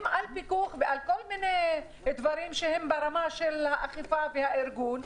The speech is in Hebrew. על פיקוח ועל כל מיני דברים שהם ברמה של האכיפה והארגון,